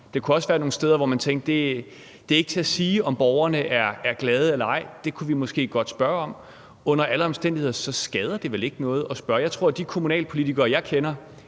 Der kunne også være nogle steder, hvor man tænkte, at det ikke er til at sige, om borgerne er glade eller ej, og det kunne man måske godt spørge om. Under alle omstændigheder skader det vel ikke noget at spørge. Jeg tror, at de kommunalpolitikere, jeg kender,